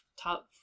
top